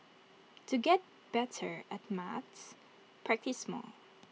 to get better at maths practise more